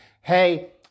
Hey